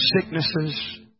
sicknesses